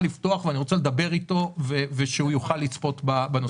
לפתוח ואני רוצה לדבר אתו ושהוא יוכל לצפות במידע.